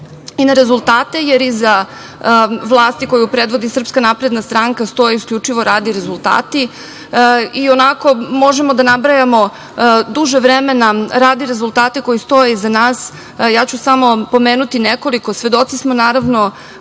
i na rezultate, jer iza vlasti koju predvodi SNS stoje isključivo rad i rezultati. Možemo da nabrajamo duže vremena rad i rezultate koji stoje iza nas, ja ću samo pomenuti nekoliko. Svedoci smo, naravno,